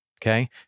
Okay